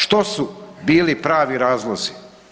Što su bili pravio razlozi?